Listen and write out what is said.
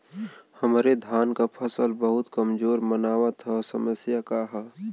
हमरे धान क फसल बहुत कमजोर मनावत ह समस्या का ह?